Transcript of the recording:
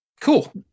cool